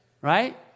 right